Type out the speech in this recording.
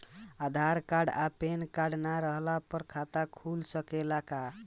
आधार card आ PAN card ना रहला पर खाता खुल सकेला का?